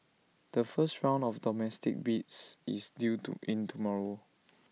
the first round of domestic bids is due to in tomorrow